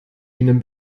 ihnen